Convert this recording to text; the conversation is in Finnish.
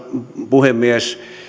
puhemies